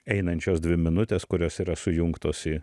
einančios dvi minutės kurios yra sujungtos į